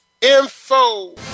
info